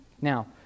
Now